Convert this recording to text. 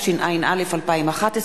התשע”א 2011,